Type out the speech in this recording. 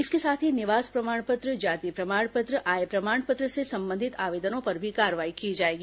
इसके साथ ही निवास प्रमाण पत्र जाति प्रमाण पत्र आय प्रमाण पत्र से संबंधित आवेदनों पर भी कार्रवाई की जाएगी